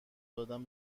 دادن